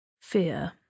fear